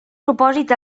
propòsit